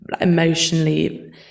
emotionally